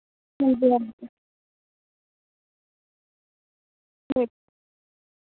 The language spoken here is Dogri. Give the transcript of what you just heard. ठीक ऐ ठीक